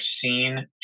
seen